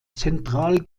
zentral